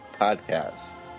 podcasts